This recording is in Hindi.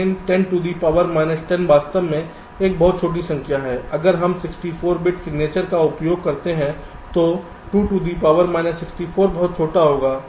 लेकिन 10 टू दी पावर माइनस 10 वास्तव में एक बहुत छोटी संख्या है अगर हम 64 बिट सिग्नेचर का उपयोग करते हैं तो 2 टू दी पावर माइनस 64 बहुत छोटा होगा